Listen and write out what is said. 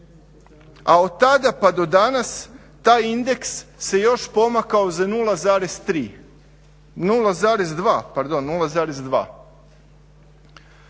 a od tada pa do danas taj indeks se još pomakao za 0,3